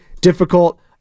difficult